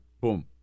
boom